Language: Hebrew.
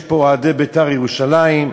יש פה אוהדי "בית"ר ירושלים"